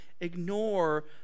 ignore